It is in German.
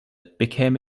bekäme